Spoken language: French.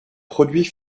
produits